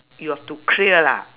you have to clear lah